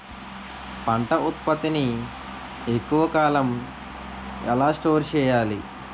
పంట ఉత్పత్తి ని ఎక్కువ కాలం ఎలా స్టోర్ చేయాలి?